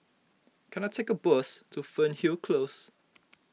can I take a bus to Fernhill Close